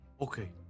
Okay